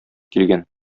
килгән